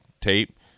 tape